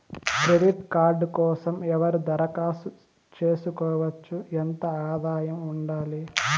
Credit card కోసం ఎవరు దరఖాస్తు చేసుకోవచ్చు? ఎంత ఆదాయం ఉండాలి?